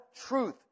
truth